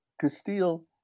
Castile